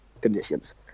conditions